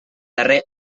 darrer